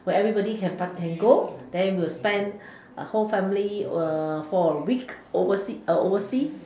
for everybody can go then we will spend whole family will a week overseas overseas